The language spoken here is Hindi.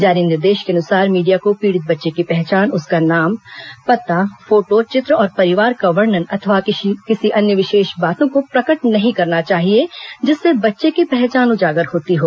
जारी निर्देश के अनुसार मीडिया को पीडित बच्चे की पहचान उसका नाम पता फोटो चित्र और परिवार का वर्णन अथवा किसी अन्य विशेष बातों को प्रकट नहीं करना चाहिए जिससे बच्चे की पहचान उजागर होती हो